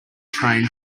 train